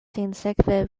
sinsekve